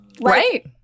Right